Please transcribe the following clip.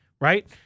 right